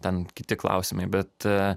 ten kiti klausimai bet